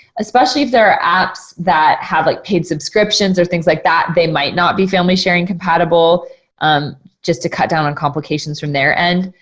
especially if there are apps that have like paid subscriptions or like that. they might not be family sharing compatible just to cut down on complications from their end.